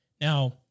Now